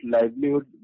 livelihood